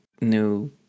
new